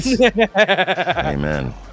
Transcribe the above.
Amen